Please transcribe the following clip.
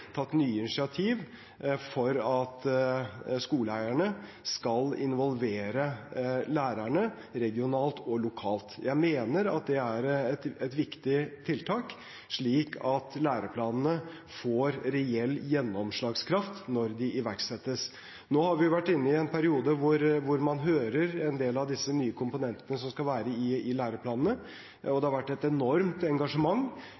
tatt nye initiativ for at skoleeierne skal involvere lærerne regionalt og lokalt. Jeg mener at det er et viktig tiltak, slik at læreplanene får reell gjennomslagskraft når de iverksettes. Nå har vi vært inne i en periode med høringer når det gjelder en del av disse nye komponentene som skal være i læreplanene, og det har vært et enormt engasjement